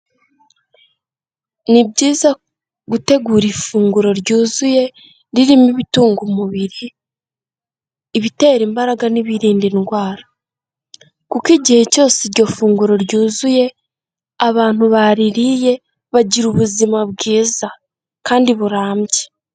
Ni byiza gutegura ifunguro ryuzuye ririmo ibitunga umubiri, ibitera imbaraga n'ibirinda indwara, kuko igihe cyose iryo funguro ryuzuye, abantu baririye bagira ubuzima bwiza kandi burambye.